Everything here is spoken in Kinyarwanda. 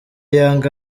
young